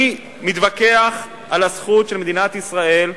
אני מתווכח על הזכות של מדינת ישראל,